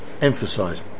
emphasize